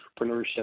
entrepreneurship